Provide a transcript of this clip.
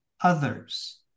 others